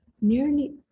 nearly